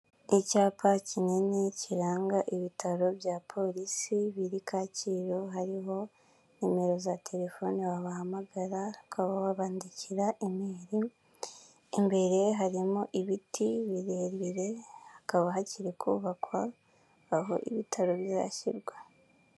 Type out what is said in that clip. Icyapa kinini kiranga ibitaro bya polisi biri kacyiru hariho nimero za telefoni wabahamagara, ukaba wabandikira imeri, imbere harimo ibiti birebire, hakaba hakiri kubakwa aho ibitaro bizashyirwa.